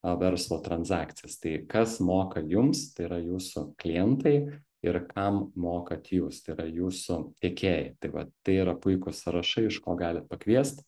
a verslo tranzakcijas tai kas moka jums tai yra jūsų klientai ir kam mokat jūs tai yra jūsų tiekėjai tik va tai yra puikūs sąrašai iš ko galit pakviest